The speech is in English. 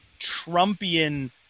Trumpian